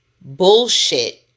bullshit